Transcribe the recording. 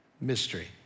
mystery